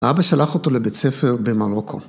‫האבא שלח אותו לבית ספר במרוקו.